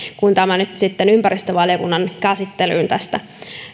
kun tämä nyt sitten ympäristövaliokunnan käsittelyyn tässä